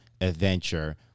adventure